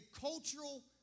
cultural